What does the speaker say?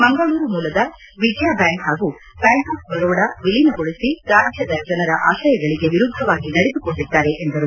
ಮಂಗಳೂರು ಮೂಲದ ವಿಜಯಬ್ಯಾಂಕ್ನ್ನು bank of ಬರೋಡದೊಂದಿಗೆ ವಿಲೀನಗೊಳಿಸಿ ರಾಜ್ಕದ ಜನರ ಆಶೆಯಗಳಿಗೆ ವಿರುದ್ದವಾಗಿ ನಡೆದುಕೊಂಡಿದ್ದಾರೆ ಎಂದರು